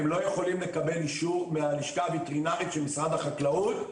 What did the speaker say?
הם לא יכולים לקבל אישור מהלשכה הווטרינרית של משרד החקלאות,